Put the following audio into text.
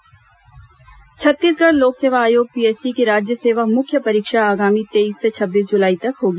PSC परीक्षा छत्तीसगढ़ लोक सेवा आयोग पीएससी की राज्य सेवा मुख्य परीक्षा आगामी तेईस से छब्बीस जुलाई तक होगी